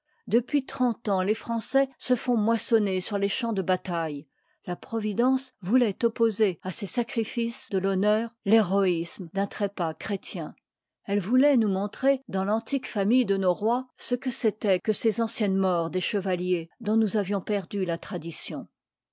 depuis trente ans les français se font moissonner sur les champs de bataille la providence vouloit opposer a ces sacrifices de l'honneur l'héroïsme d'un trépas chrétien elle vouloit nous montrer dans l'antique faniille de nos pi ois ce que c'étoit que ces anciennes morts des chevaliers dont nous avions perdu la tradition